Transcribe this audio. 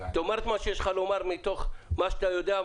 תאמר את מה שיש לך לומר מתוך מה שאתה יודע,